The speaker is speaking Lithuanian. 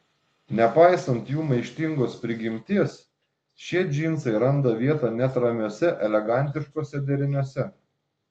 nepaisant jų maištingos prigimties šie džinsai randa vietą net ramiuose elegantiškuose deriniuose